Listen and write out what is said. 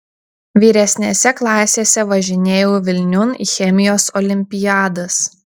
vyresnėse klasėse važinėjau vilniun į chemijos olimpiadas